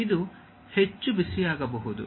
ಇದು ಹೆಚ್ಚು ಬಿಸಿಯಾಗಬಹುದು